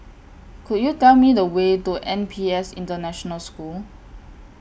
Could YOU Tell Me The Way to N P S International School